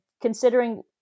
considering